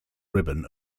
ribbon